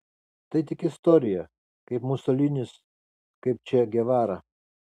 tai tik istorija kaip musolinis kaip če gevara